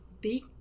big